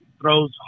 throws